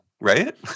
Right